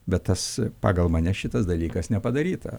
bet tas pagal mane šitas dalykas nepadaryta